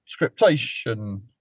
scriptation